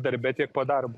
darbe tiek po darbo